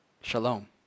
Shalom